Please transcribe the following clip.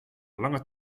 lange